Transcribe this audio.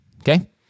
okay